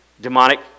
demonic